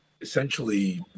essentially